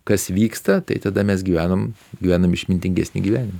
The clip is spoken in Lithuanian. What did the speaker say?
kas vyksta tai tada mes gyvenam gyvenam išmintingesnį gyvenimą